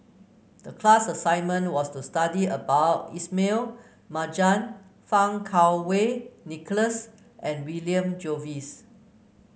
the class assignment was to study about Ismail Marjan Fang Kuo Wei Nicholas and William Jervois